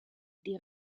die